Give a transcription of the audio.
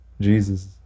Jesus